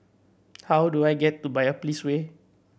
how do I get to Biopolis Way